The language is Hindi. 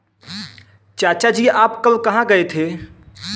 चाचा जी आप कल कहां गए थे?